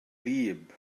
wlyb